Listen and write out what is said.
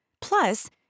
Plus